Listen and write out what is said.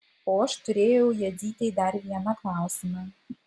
o aš turėjau jadzytei dar vieną klausimą